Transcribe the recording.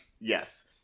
yes